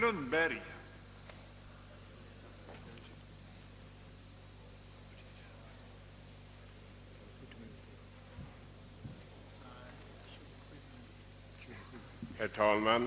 Herr talman!